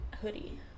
hoodie